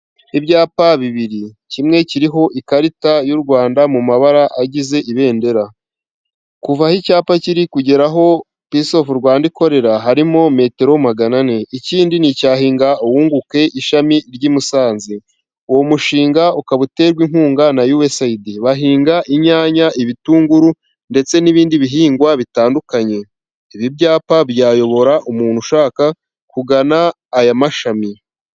Ibyapa bibiri kimwe kiriho ikarita y'u Rwanda mu mabara agize ibendera, kuva aho icyapa kiri kugera aho pisi of Rwanda ikorera harimo metero magana ane. Ikindi ni icyahinga wunguke ishami ry'i Musanze, uwo mushinga ukaba uterwa inkunga na USAID, bahinga inyanya, ibitunguru ndetse n'ibindi bihingwa bitandukanye, ibi byapa byayobora umuntu ushaka kugana aya mashami.